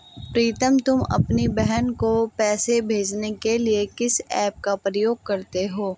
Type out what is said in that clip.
प्रीतम तुम अपनी बहन को पैसे भेजने के लिए किस ऐप का प्रयोग करते हो?